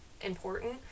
important